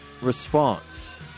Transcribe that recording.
response